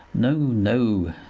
no, no,